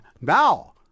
Now